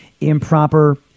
improper